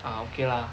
ah okay lah